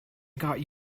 got